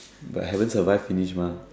but haven't survive finish mah